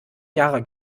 jahre